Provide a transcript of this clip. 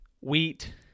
wheat